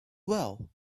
well